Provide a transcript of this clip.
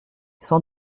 sans